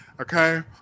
Okay